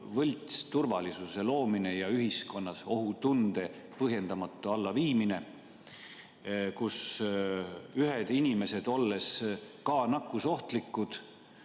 võltsturvalisuse loomine ja ühiskonnas ohutunde põhjendamatu allaviimine. Ühed inimesed, olles ka nakkusohtlikud,